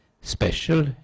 special